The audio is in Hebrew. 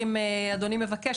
אם אדוני מבקש,